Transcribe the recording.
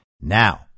Now